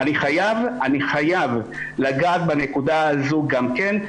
אני חייב לגעת בנקודה הזו גם כן,